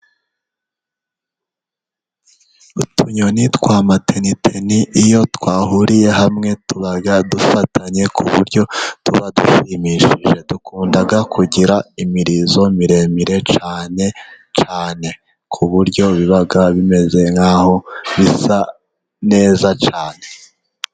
Utunyoni twa mateneteni iyo twahuriye hamwe tuba dufatanye ku buryo tubadushimishije. Dukunda kugira imirizo miremire cyane cyane ku buryo biba bimeze nk'aho bisa neza cyane.